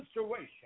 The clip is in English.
situation